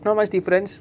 not much difference